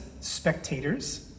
spectators